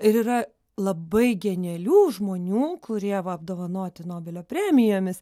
ir yra labai genialių žmonių kurie va apdovanoti nobelio premijomis